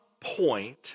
point